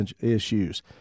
issues